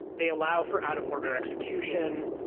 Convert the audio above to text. they allow for out-of-order execution,